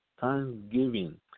thanksgiving